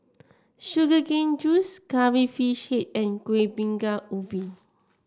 Sugar Cane Juice Curry Fish Head and Kueh Bingka Ubi